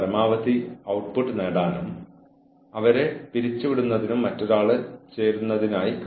യുക്തിരഹിതമായ ബുദ്ധിമുട്ടുള്ള പെരുമാറ്റങ്ങളുടെ വിവിധ രൂപങ്ങൾ നിലവിലുണ്ട്